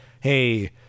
hey